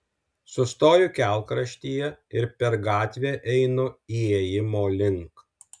sustoju kelkraštyje ir per gatvę einu įėjimo link